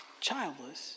childless